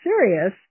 serious